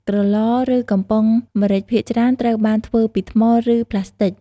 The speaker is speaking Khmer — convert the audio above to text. ក្រឡ ឬ កំប៉ុងម្រេចភាគច្រើន ត្រូវបានធ្វើពីថ្ម ឬ ផ្លាស្ទិក។